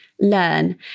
learn